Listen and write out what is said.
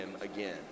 again